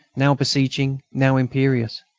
now beseeching, now imperious.